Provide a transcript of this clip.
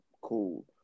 cool